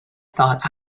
thought